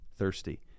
thirsty